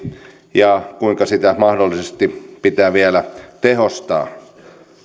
ja kuinka sitä mahdollisesti pitää vielä tehostaa